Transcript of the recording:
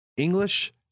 English